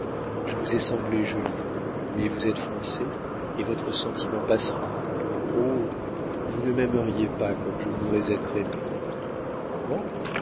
je vous ai semblé jolie mais vous êtes français et votre sentiment passera oh vous ne m'aimeriez pas comme je voudrais être aimée comment